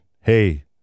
hey